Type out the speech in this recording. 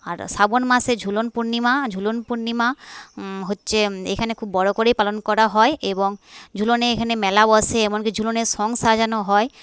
আর শ্রাবন মাসে ঝুলন পূর্ণিমা ঝুলন পূর্ণিমা হচ্ছে এখানে খুব বড় করেই পালন করা হয় এবং ঝুলনে এখানে মেলা বসে এমনকি ঝুলনে শং সাজানো হয়